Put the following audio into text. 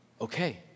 okay